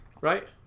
right